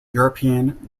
european